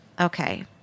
Okay